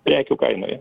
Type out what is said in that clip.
prekių kainoje